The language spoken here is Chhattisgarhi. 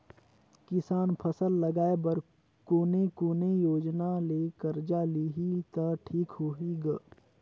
किसान फसल लगाय बर कोने कोने योजना ले कर्जा लिही त ठीक होही ग?